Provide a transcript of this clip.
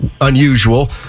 unusual